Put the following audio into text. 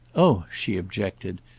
oh, she objected,